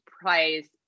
price